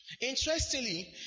interestingly